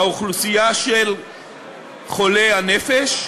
האוכלוסייה של חולי הנפש,